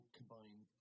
combined